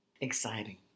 Exciting